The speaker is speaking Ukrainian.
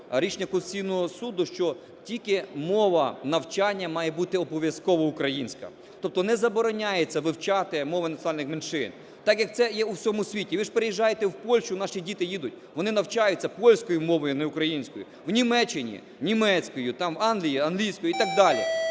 рішення Конституційного Суду, що тільки мова навчання має бути обов'язково українська, тобто не забороняється вивчати мови національних меншин, так як це є у всьому світі. Ви ж приїжджаєте в Польщу, наші діти їдуть, вони навчаються польською мовою, а не українською, в Німеччині – німецькою, в Англії – англійською і так далі.